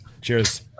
Cheers